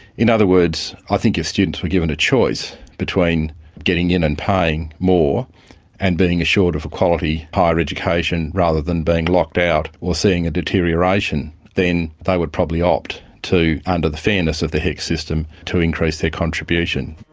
in other words, i think if students were given a choice between getting in and paying more and being assured of a quality higher education rather than being locked out or seeing a deterioration, then they would probably opt, under the fairness of the hecs system, to increase their contribution.